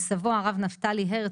סבו הרב נפתלי הרץ,